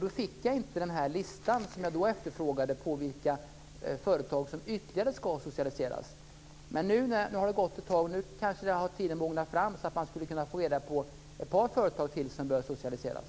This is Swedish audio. Då fick jag inte den lista som jag då efterfrågade på vilka ytterligare företag som ska socialiseras. Nu har det gått ett tag, och nu kanske tiden har mognat så att det går att få reda på ett par företag till som behöver socialiseras.